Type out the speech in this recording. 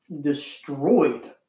destroyed